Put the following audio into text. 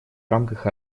рамках